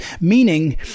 Meaning